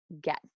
get